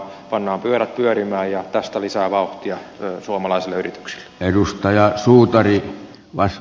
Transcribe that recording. pannaan pyörät pyörimään ja tästä lisää vauhtia suomalaisille yrityksille